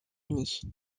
unis